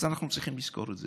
אז אנחנו צריכים לזכור את זה.